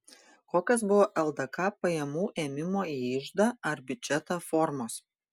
kokios buvo ldk pajamų ėmimo į iždą ar biudžetą formos